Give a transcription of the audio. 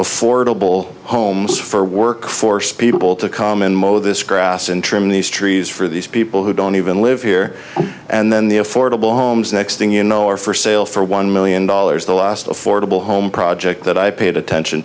affordable homes for work force people to come in mo this grass and trim these trees for these people who don't even live here and then the affordable homes next thing you know are for sale for one million dollars the last affordable home project that i paid attention